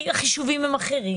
כי החישובים הם אחרים.